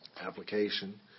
Application